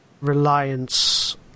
reliance